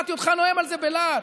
שמעתי אותך נואם על זה בלהט.